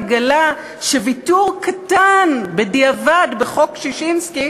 התגלה שוויתור קטן בדיעבד בחוק ששינסקי